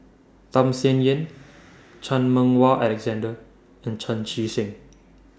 Tham Sien Yen Chan Meng Wah Alexander and Chan Chee Seng